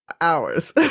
hours